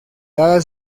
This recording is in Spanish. dada